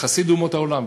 חסיד אומות העולם,